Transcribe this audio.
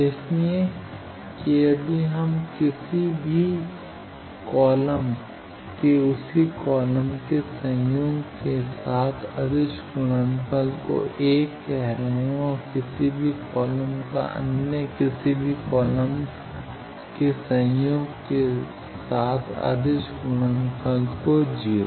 इसलिए कि हम किसी भी कॉलम के उसी कॉलम के संयुग्म के साथ अदिश गुडनफल को 1 कह रहे हैं और किसी भी कॉलम का अन्य किसी भी कॉलम के संयुग्म के साथ अदिश गुडनफल को 0